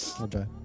Okay